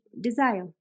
desire